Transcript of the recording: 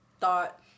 thought